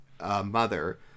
mother